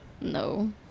No